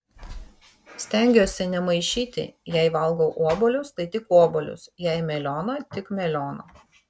stengiuosi nemaišyti jei valgau obuolius tai tik obuolius jei melioną tik melioną